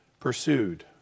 pursued